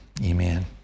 Amen